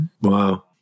Wow